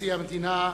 לנשיא המדינה.